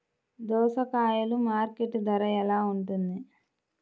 దోసకాయలు మార్కెట్ ధర ఎలా ఉంటుంది?